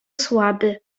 słaby